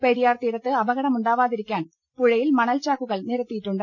പെരിയാർ തീരത്ത് അപ കടമുണ്ടാവാതിരിക്കാൻ പുഴയിൽ മണൽചാക്കുകൾ നിരത്തിയിട്ടു ണ്ട്